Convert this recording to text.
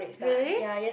really